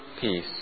peace